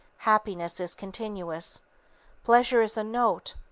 happiness is continuous pleasure is a note,